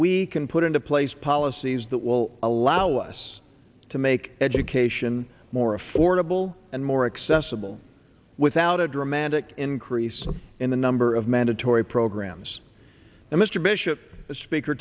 we can put into place policies that will allow us to make education more affordable and more accessible without a dramatic increase in the number of mandatory programs that mr bishop the speaker